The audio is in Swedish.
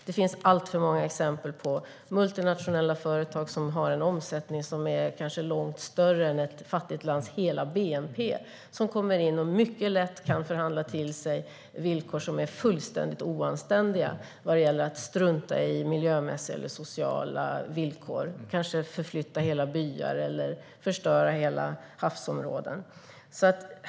Det finns alltför många exempel på hur multinationella företag som har en omsättning som är långt större än ett fattigt lands hela bnp mycket lätt förhandlar till sig villkor som är fullständigt oanständiga vad gäller miljömässig och social hållbarhet. Det kan vara att flytta hela byar eller att förstöra stora havsområden.